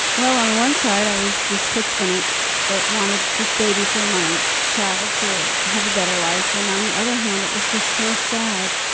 well, on the one side, i was this chutzpanit that wanted this baby for my child to have a better life, and on the other hand, it was just so sad,